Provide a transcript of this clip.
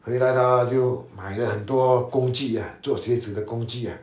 回来然后他就买了很多工具 ah 做鞋子的工具 ah